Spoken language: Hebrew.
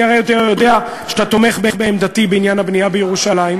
אני הרי יודע שאתה תומך בעמדתי בעניין הבנייה בירושלים.